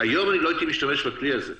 היום אני לא הייתי משתמש בכלי הזה,